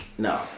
No